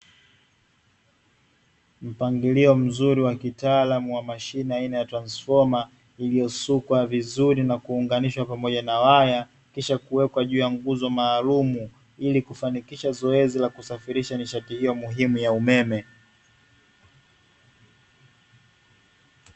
Mpangilio mzuri wa kitaalamu wa mashine aina ya transfoma iliyosukwa vizuri na kuunganishwa pamoja na waya, kisha kuwekwa juu ya nguzo maalumu ili kufankisha zoezi la kusafirisha nishati hiyo muhimu ya umeme.